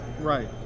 Right